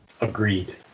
Agreed